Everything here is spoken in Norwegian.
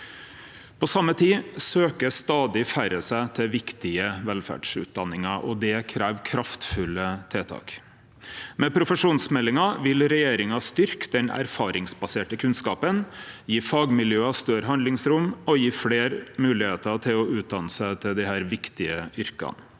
På same tid søkjer stadig færre seg til viktige velferdsutdanningar. Det krev kraftfulle tiltak. Med profesjonsmeldinga vil regjeringa styrkje den erfaringsbaserte kunnskapen, gje fagmiljøa større handlingsrom og gje fleire moglegheiter til å utdanne seg til desse viktige yrka.